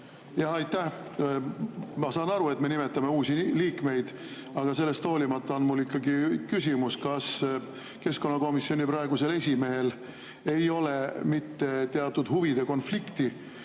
Jah, aitäh! Ma saan aru, et me nimetame uusi liikmeid, aga sellest hoolimata on mul ikkagi küsimus, kas keskkonnakomisjoni praegusel esimehel ei ole mitte teatud huvide konflikti.